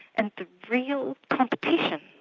and the real competition,